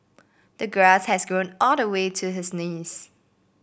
the grass has grown all the way to his knees